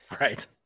Right